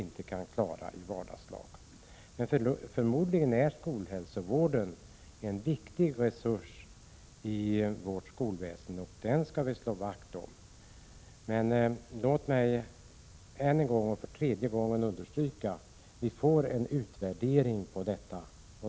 Men förmodligen är skolhälsovården en viktig resurs i vårt skolväsende, och den skall vi slå vakt om. Låt mig för tredje gången understryka att vi får en utvärdering av detta.